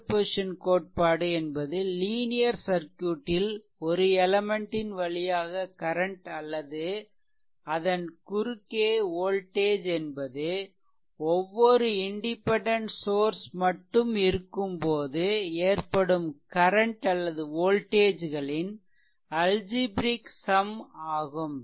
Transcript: superposition கோட்பாடு என்பது linear சர்க்யூட்டில் ஒரு எலெமென்ட் ன் வழியாக கரன்ட் அல்லது அதன் குறுக்கே வோல்டேஜ் என்பது ஒவ்வொரு இண்டிபெண்டென்ட் சோர்ஸ் மட்டும் இருக்கும்போது ஏற்படும் கரன்ட் அல்லது வோல்டேஜ் களின் அல்ஜீப்ரிக் சம் ஆகும்